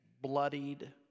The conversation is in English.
bloodied